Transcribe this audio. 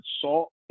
salt